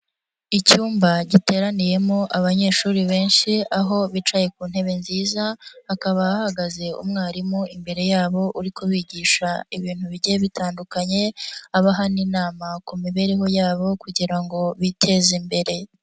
Icyumba giteraniyemo abanyeshuri benshi aho bicaye ku ntebe nziza, hakaba hahagaze umwarimu imbere yabo uri kubigisha ibintu bigiye bitandukanye, abaha n'inama ku mibereho yabo kugira ngo biteze imbere.